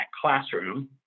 classroom